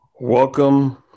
Welcome